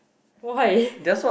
why